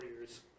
years